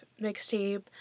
mixtape